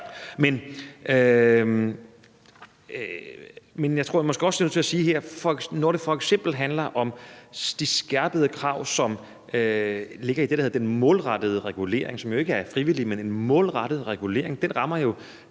Men jeg er måske også nødt til at sige her, at når det f.eks. handler om de skærpede krav, som ligger i det, der hedder den målrettede regulering, som jo ikke er frivillig, men en målrettet regulering, rammer